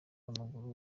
w’amaguru